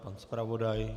Pan zpravodaj?